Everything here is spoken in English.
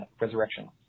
Resurrection